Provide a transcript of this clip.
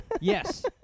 Yes